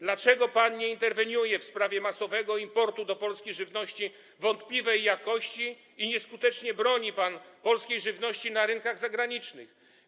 Dlaczego pan nie interweniuje w sprawie masowego importu do Polski żywności wątpliwej jakości i nieskutecznie broni pan polskiej żywności na rynkach zagranicznych?